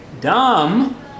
dumb